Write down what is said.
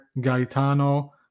Gaetano